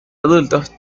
adultos